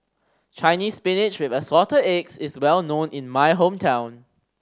Chinese Spinach with Assorted Eggs is well known in my hometown